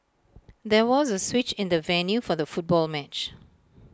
there was A switch in the venue for the football match